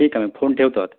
ठीक आहे मग फोन ठेवतो आता